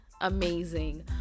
amazing